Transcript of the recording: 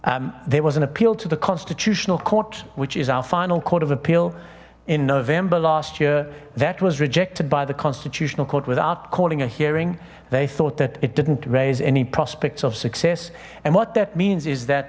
proceedings there was an appeal to the constitutional court which is our final court of appeal in november last year that was rejected by the constitutional court without calling a hearing they thought that it didn't raise any prospects of success and what that means is that